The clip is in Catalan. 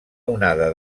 onada